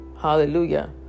hallelujah